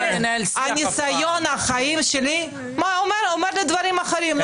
ניסיון החיים שלי אומר דברים אחרים.